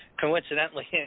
Coincidentally